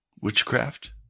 Witchcraft